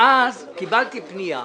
ואז קיבלתי פנייה.